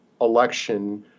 election